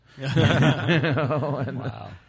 Wow